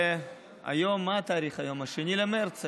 והיום, מה התאריך היום, 2 במרץ?